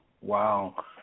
Wow